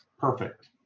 Perfect